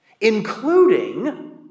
including